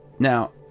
Now